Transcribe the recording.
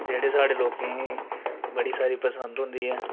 जेहड़े साढ़े लोकें गी बड़ी सारी पसंद होंदी ऐ